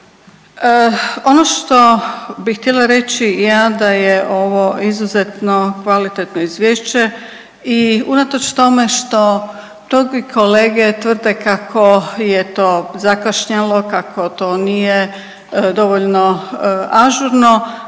Ono što bih htjela reći je da je ovo izuzetno kvalitetno izvješće i unatoč tome što mnogi kolege tvrde kako je to zakašnjelo, kako to nije dovoljno ažurno